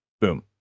Boom